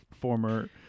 former